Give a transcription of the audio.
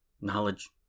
knowledge